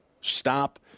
stop